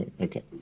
Okay